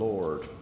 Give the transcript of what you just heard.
Lord